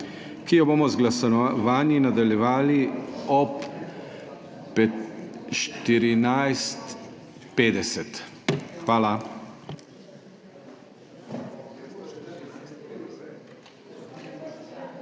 ki jo bomo z glasovanji nadaljevali ob 14.50. Hvala.